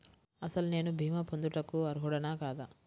అసలు నేను భీమా పొందుటకు అర్హుడన కాదా?